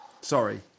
Sorry